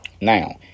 Now